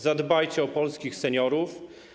Zadbajcie o polskich seniorów.